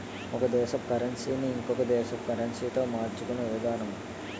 ఒక దేశపు కరన్సీ ని ఇంకొక దేశపు కరెన్సీతో మార్చుకునే విధానము